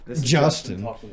Justin